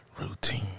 Routine